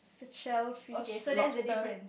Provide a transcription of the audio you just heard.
shellfish lobster